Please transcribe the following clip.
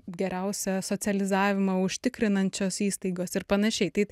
geriausią socializavimą užtikrinančios įstaigos ir panašiai tai